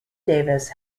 davis